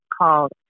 called